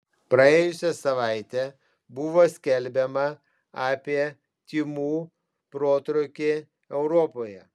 praėjusią savaitę buvo skelbiama apie tymų protrūkį europoje